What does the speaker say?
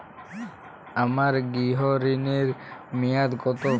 আমার গৃহ ঋণের মেয়াদ কত?